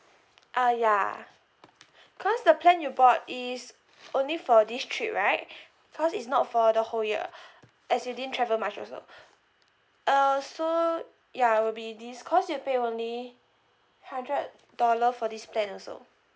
ah ya cause the plan you bought is only for this trip right because it's not for the whole year as you didn't travel much also uh so ya it'll be this cause you pay only hundred dollar for this plan also